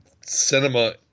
cinema